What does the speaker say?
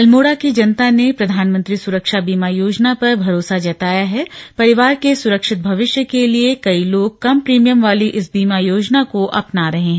अल्मोड़ा की जनता ने प्रधानमंत्री सुरक्षा बीमा योजना पर भरोसा जताया है परिवार के सुरक्षित भविष्य के लिए कई लोग कम प्रीमियम वाली इस बीमा योजना को अपना रहे हैं